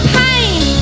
pain